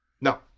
no